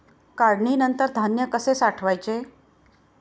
काढणीनंतर धान्य कसे साठवायचे?